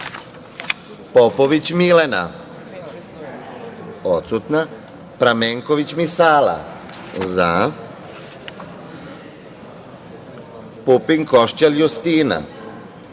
za; Popović Milena – odsutna; Pramenković Misala – za; Pupin Košćal Justina